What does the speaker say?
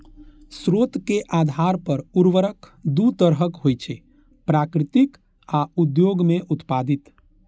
स्रोत के आधार पर उर्वरक दू तरहक होइ छै, प्राकृतिक आ उद्योग मे उत्पादित